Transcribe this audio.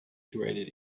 created